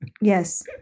yes